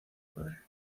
padre